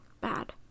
bad